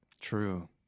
True